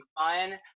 fun